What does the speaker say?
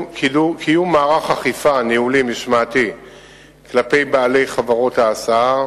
קיום מערך אכיפה ניהולי/משמעתי כלפי בעלי חברות ההסעה,